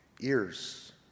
ears